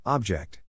Object